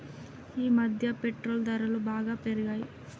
ఈమధ్య పెట్రోల్ ధరలు బాగా పెరిగాయి